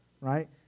Right